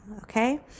Okay